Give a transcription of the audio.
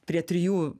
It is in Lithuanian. prie trijų